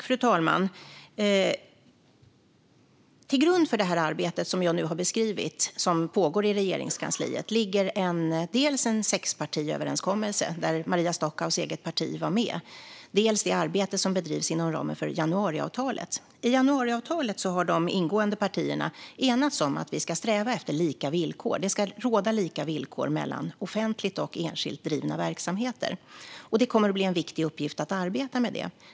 Fru talman! Till grund för det arbete som jag nu har beskrivit och som pågår i Regeringskansliet ligger dels en sexpartiöverenskommelse, där Maria Stockhaus eget parti var med, dels det arbete som bedrivs inom ramen för januariavtalet. I januariavtalet har de ingående partierna enats om att vi ska sträva efter lika villkor. Det ska råda lika villkor mellan offentligt och enskilt drivna verksamheter. Det kommer att bli en viktig uppgift att arbeta med detta.